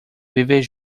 viver